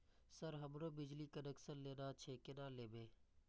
Sir हमरो बिजली connection लेना छे केना लेबे?